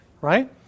Right